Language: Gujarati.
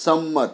સંમત